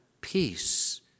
peace